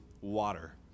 water